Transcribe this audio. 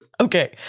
Okay